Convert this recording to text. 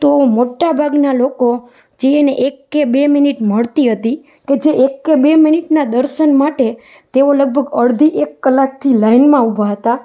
તો મોટાભાગના લોકો જે એને એક કે બે મિનિટ મળતી હતી કે જે એક કે બે મિનિટના દર્શન માટે તેઓ લગભગ અડધા એક કલાકથી લાઇનમાં ઊભાં હતાં